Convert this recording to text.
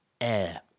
air